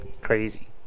Crazy